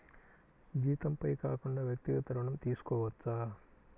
జీతంపై కాకుండా వ్యక్తిగత ఋణం తీసుకోవచ్చా?